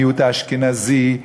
המיעוט האשכנזי,